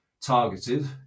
targeted